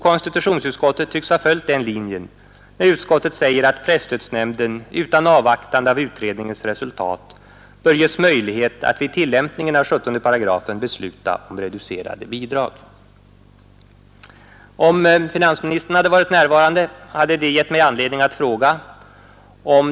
Konstitutionsutskottet tycks ha följt den linjen när utskottet säger att presstödsnämnden bör utan avvaktande av utredningens resultat ges möjlighet att vid tillämpningen av 17 § besluta om reducerade bidrag. Om finansministern hade varit närvarande hade det gett mig anledning att ställa en fråga till honom.